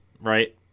Right